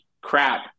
crap